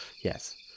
Yes